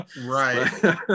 Right